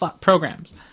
programs